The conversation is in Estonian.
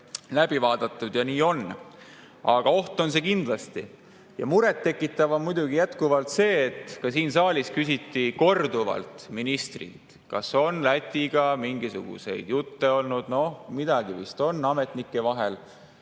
läbi vaadanud ja nii on. Aga oht on see kindlasti. Ja muret tekitav on muidugi jätkuvalt see, et kuigi ka siin saalis küsiti korduvalt ministrilt, kas on Lätiga mingisuguseid jutte olnud – noh, midagi vist on ametnike vahel